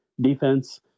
defense